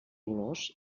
olors